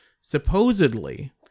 Supposedly